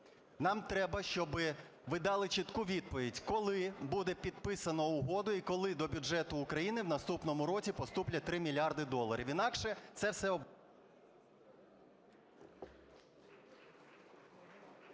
Нам треба щоби ви дали чітку відповідь: коли буде підписана угода і коли до бюджетну України в наступному році поступлять 3 мільярди доларів? Інакше це все...